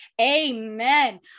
Amen